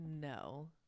No